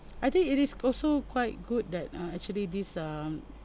I think it is also quite good that uh actually this um